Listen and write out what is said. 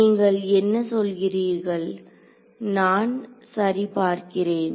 நீங்கள் என்ன சொல்கிறீர்கள் நான் சரிபார்க்கிறேன்